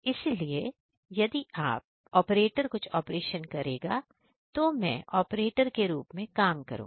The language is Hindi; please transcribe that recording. इसलिए यदि ऑपरेटर कुछ ऑपरेशन करेगा तो मैं ऑपरेटर के रूप में काम करूंगा